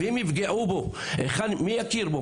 ואם יפגעו בו, מי יכיר בו?